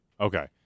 okay